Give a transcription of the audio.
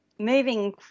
moving